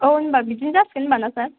औ होनबा बिदिनो जासिगोन होनबा ना सार